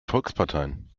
volksparteien